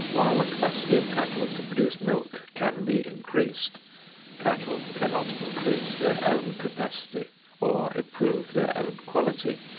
while the capacity of cattle to produce milk can be increased cattle cannot increase their own capacity or improve their own quality.